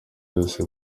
yose